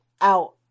Out